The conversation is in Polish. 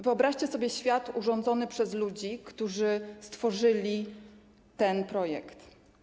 Wyobraźcie sobie świat urządzony przez ludzi, którzy stworzyli ten projekt.